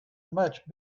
much